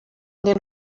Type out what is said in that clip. den